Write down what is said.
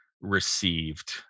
received